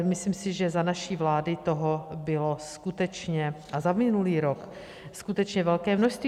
Myslím si, že za naší vlády toho bylo skutečně a za minulý rok skutečně velké množství.